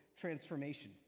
transformation